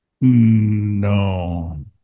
No